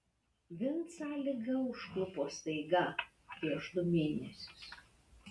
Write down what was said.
vincą liga užklupo staiga prieš du mėnesius